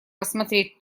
рассмотреть